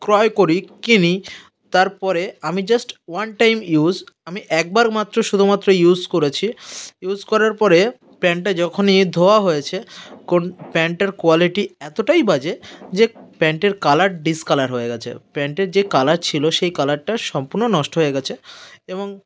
ক্রয় করি কিনি তারপরে আমি জাস্ট ওয়ান টাইম ইউস আমি একবার মাত্র শুধুমাত্র ইউস করেছি ইউস করার পরে প্যান্টটা যখনই ধোয়া হয়েছে কোন প্যান্টটার কোয়ালিটি এতোটাই বাজে যে প্যান্টের কালার ডিসকালার হয়ে গেছে প্যান্টের যে কালার ছিলো সেই কালারটা সম্পূর্ণ নষ্ট হয়ে গেছে এবং